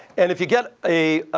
and if you get a